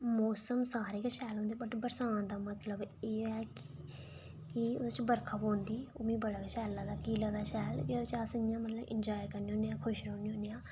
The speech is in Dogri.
मौसम ते सारे गै शैल होंदे बट बरसांत दा मतलब एह् ऐ कि ओह्दे च बर्खा पौंदी ते ओह् मिगी बड़ा गै शैल लगदा लगदा शैल ते एह्दे च मतलब अस एंजॉय करने होन्ने आं खुश रौह्न्ने आं